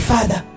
Father